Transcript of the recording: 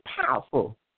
powerful